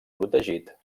protegit